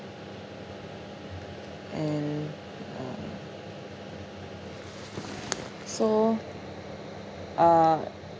and so uh